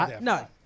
no